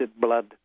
blood